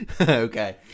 Okay